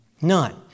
None